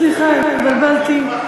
סליחה, התבלבלתי.